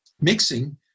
mixing